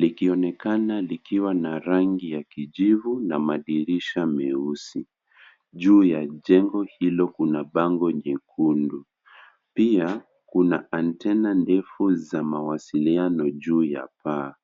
likionekana likiwa na rangi ya kijivu na madirisha meusi. Juu ya jengo hilo kuna bango jekundu. Pia kuna antenna ndefu za mawasiliano juu ya paa.